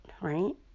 right